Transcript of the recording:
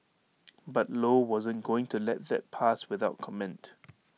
but low wasn't going to let that pass without comment